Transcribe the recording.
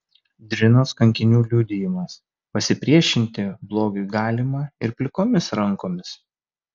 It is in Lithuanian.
drinos kankinių liudijimas pasipriešinti blogiui galima ir plikomis rankomis